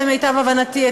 למיטב הבנתי,